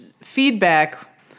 feedback